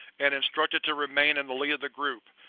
and instructed to remain in the lead of the group,